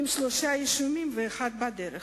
עם שלושה אישומים ואחד בדרך.